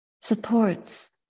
supports